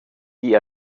die